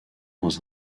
dans